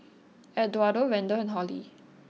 Eduardo Randell and Hollie